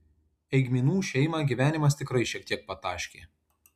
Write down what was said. eigminų šeimą gyvenimas tikrai šiek tiek pataškė